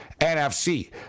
NFC